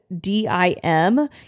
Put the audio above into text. DIM